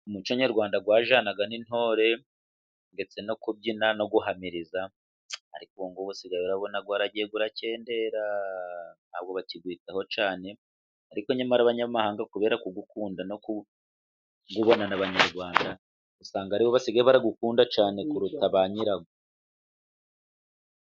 Umuco nyarwanda wajyanaga n'intore ndetse no kubyina no guhamiriza, ariko ubu ngubu usigaye ubona waragiye ukendera ntabwo bakiwitaho cyane, ariko nyamara abanyamahanga kubera kuwukunda no kubana n'abanyarwanda, usanga ari bo basigaye bawukunda cyane kuruta ba nyirawo.